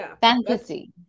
fantasy